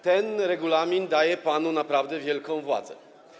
Ten regulamin daje panu naprawdę wielką władzę.